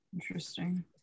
Interesting